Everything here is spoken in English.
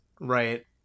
right